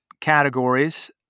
categories